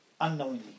unknowingly